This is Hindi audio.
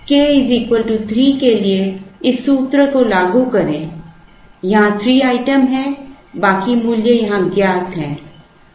k 3 के लिए इस सूत्र को लागू करें यहाँ 3 आइटम हैं बाकी मूल्य यहां ज्ञात हैं